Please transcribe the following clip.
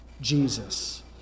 Jesus